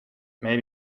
may